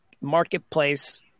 marketplace